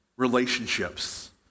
relationships